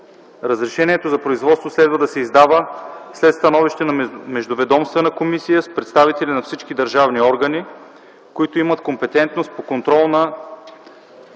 Разрешението за производство следва да се издава след становище на междуведомствена комисия с представители на всички държавни органи, които имат компетентност по контрол на